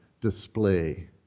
display